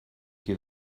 qui